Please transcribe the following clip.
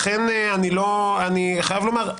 לכן אני חייב לומר,